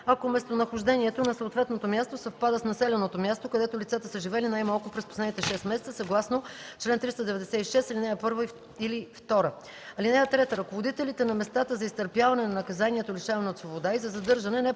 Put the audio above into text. ако местонахождението на съответното място съвпада с населеното място, където лицата са живели най-малко през последните 6 месеца, съгласно чл. 396, ал. 1 или 2. (3) Ръководителите на местата за изтърпяване на наказанието лишаване от свобода и за задържане не по-късно